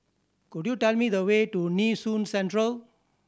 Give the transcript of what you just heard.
could you tell me the way to Nee Soon Central